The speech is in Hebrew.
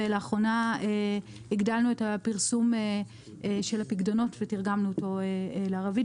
ולאחרונה הגדלנו את הפרסום של הפקדונות ותרגמנו אותו לערבית,